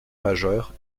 majeures